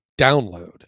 download